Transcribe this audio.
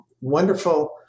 wonderful